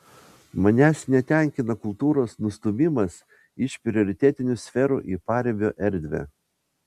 manęs netenkina kultūros nustūmimas iš prioritetinių sferų į paribio erdvę